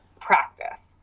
practice